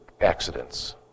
accidents